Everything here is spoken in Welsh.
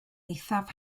eithaf